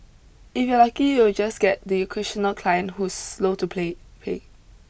if you're lucky you'll just get the occasional client who's slow to play pay